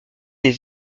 des